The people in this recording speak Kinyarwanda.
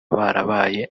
barabaye